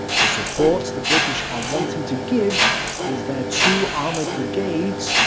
the support the british are wanting to give is their two armoured brigades,